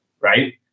right